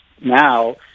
now